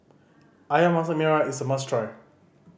Ayam Masak Merah is a must try